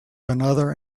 another